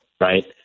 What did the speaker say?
right